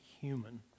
human